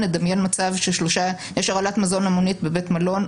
נדמיין מצב שיש הרעלת מזון המונית בבית מלון,